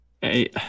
Hey